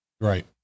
right